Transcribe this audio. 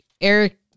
Eric